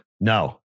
No